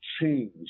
change